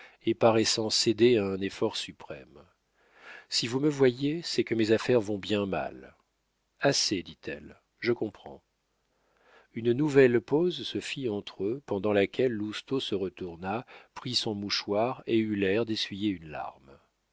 et paraissant céder à un effort suprême si vous me voyez c'est que mes affaires vont bien mal assez dit-elle je vous comprends une nouvelle pause se fit entre eux pendant laquelle lousteau se retourna prit son mouchoir et eut l'air d'essuyer une larme